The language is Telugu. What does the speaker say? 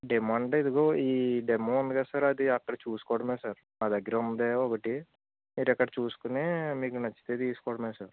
డెమో అంటే ఇదిగో ఈ డెమో ఉంది కదా సార్ అది అక్కడ చూసుకోవడం సార్ మా దగ్గర ఉంది ఒకటి మీరు అక్కడ చూసుకుని మీకు నచ్చితే తీసుకోవడమే సార్